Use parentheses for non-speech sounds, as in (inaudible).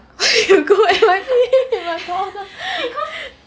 (laughs) why you go N_Y_P eat McDonald